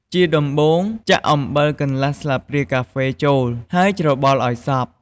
ជាដំបូង ចាក់អំបិលកន្លះស្លាបព្រាកាហ្វេចូល ហើយច្របល់ឱ្យសព្វ។